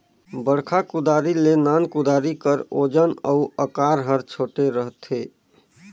बड़खा कुदारी ले नान कुदारी कर ओजन अउ अकार हर छोटे रहथे